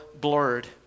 blurred